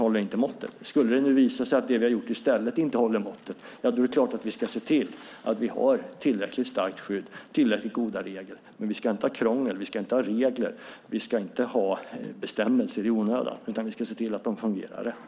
Om det nu skulle visa sig att det vi har gjort i stället inte heller håller måttet är det klart att vi ska se till att vi har tillräckligt starkt skydd och tillräckligt goda regler, men vi ska inte ha krångel och bestämmelser i onödan, utan vi ska se till att de fungerar rätt.